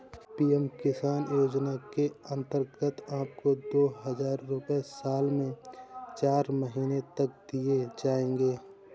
PM Kisan योजना के अंतर्गत आपको दो हज़ार रुपये साल में चार महीने तक दिए जाएंगे